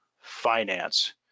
finance